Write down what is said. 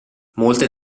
molte